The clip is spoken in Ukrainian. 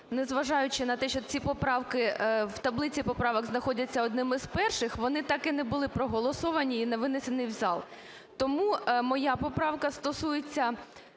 незважаючи на те, що ці поправки в таблиці поправок знаходяться одними з перших, вони так і не були проголосовані і не винесені в зал. Тому моя поправка стосується